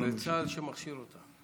וצה"ל שמכשיר אותם.